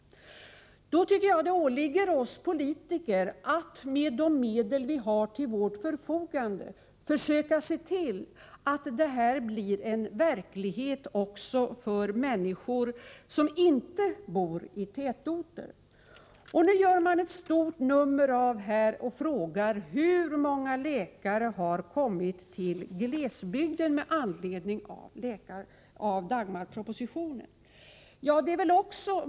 Jag tycker det åligger oss politiker att med de medel vi har till vårt förfogande försöka se till att det blir en verklighet också för människor som inte bor i tätorter. Nu frågar man här — och gör ett stort nummer av det — hur många läkare som har kommit till glesbygden med anledning av Dagmarpropositionen.